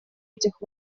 этих